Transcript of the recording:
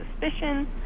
suspicion